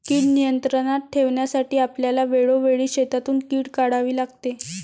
कीड नियंत्रणात ठेवण्यासाठी आपल्याला वेळोवेळी शेतातून कीड काढावी लागते